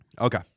Okay